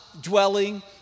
dwelling